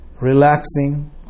relaxing